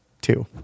two